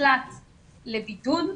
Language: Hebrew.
ונקלט לבידוד,